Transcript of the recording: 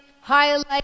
highlight